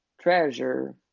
Treasure